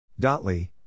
Dotley